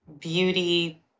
beauty